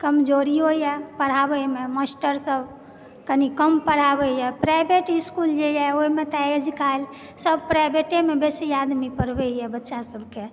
कमजोरियोए पढ़ाबयमे मास्टरसभ कनि कम पढ़ाबैए प्राइवेट इस्कूल जेए ओहिमे तऽ आइकाल्हिसभ प्राइवेटमे बेसी आदमी पढ़ाबैए बच्चासभके